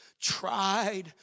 tried